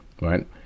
right